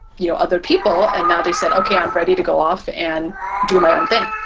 you know, other people and now they said, okay, i'm ready to go off and do my own thing.